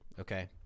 okay